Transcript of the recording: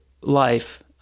life